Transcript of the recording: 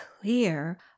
clear